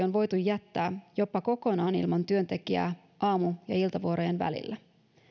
on voitu jättää jopa kokonaan ilman työntekijää aamu ja iltavuorojen välillä